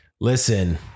listen